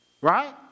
Right